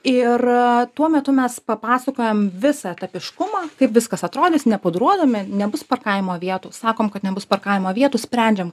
ir tuo metu mes papasakojam visą etapiškumą kaip viskas atrodys nepudruodami nebus parkavimo vietų sakom kad nebus parkavimo vietų sprendžiam